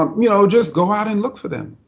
um you know, just go out and look for them.